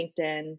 linkedin